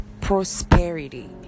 prosperity